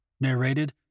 Narrated